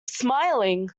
smiling